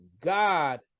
God